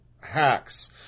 hacks